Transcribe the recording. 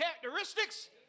characteristics